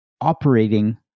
operating